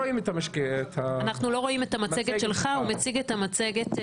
אפשר לראות שמיפינו את כל הפוליגונים,